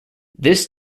this